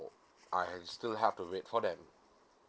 I have still have to wait for that